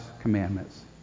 commandments